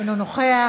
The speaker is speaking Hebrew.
אינו נוכח,